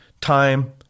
time